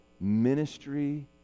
ministry